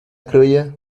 criolla